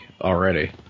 already